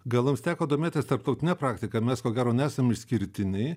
gal jums teko domėtis tarptautine praktika mes ko gero nesam išskirtinai